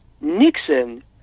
Nixon